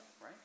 right